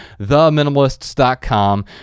theminimalists.com